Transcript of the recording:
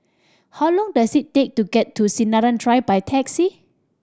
how long does it take to get to Sinaran Drive by taxi